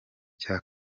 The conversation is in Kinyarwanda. cya